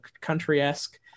country-esque